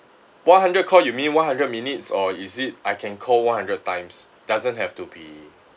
one hundred call you mean one hundred minutes or is it I can call one hundred times doesn't have to be